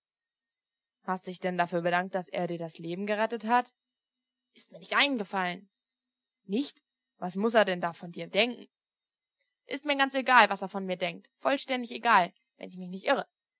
hast du dich denn dafür bedankt daß er dir das leben gerettet hat ist mir nicht eingefallen nicht was muß er da von dir denken ist mir ganz egal was er von mir denkt vollständig egal wenn ich mich nicht irre